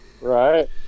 right